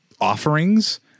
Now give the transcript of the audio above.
offerings